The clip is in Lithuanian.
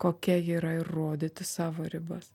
kokia ji yra ir rodyti savo ribas